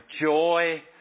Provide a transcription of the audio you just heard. joy